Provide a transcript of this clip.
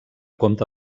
compte